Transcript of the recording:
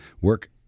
Work